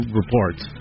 reports